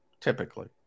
typically